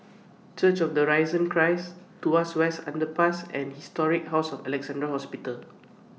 Church of The Risen Christ Tuas West Underpass and Historic House of Alexandra Hospital